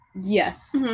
Yes